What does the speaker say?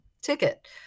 ticket